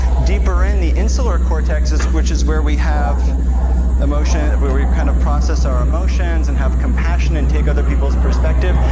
deeper in, the insular cortexes, which is where we have emotion, where we kind of process our emotions and have compassion and take other people's perspective,